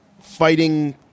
fighting